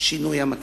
שינוי המצב,